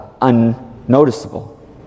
unnoticeable